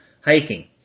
hiking